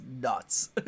nuts